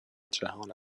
جهان